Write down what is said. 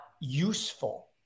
useful